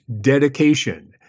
dedication